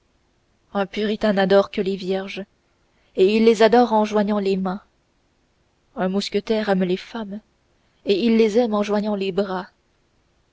un puritain n'adore que les vierges et il les adore en joignant les mains un mousquetaire aime les femmes et il les aime en joignant les bras